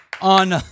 on